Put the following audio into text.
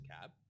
cab